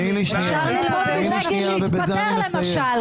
אפשר ללמוד מבגין שהתפטר למשל.